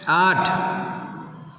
आठ